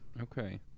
Okay